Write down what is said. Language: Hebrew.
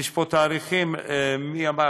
יש פה תאריכים, מי אמר?